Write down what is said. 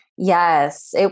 Yes